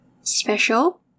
special